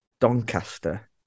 Doncaster